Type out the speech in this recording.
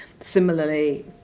similarly